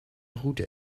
route